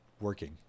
working